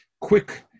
quick